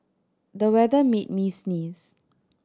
the weather made me sneeze